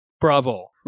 bravo